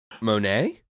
Monet